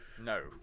no